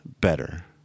better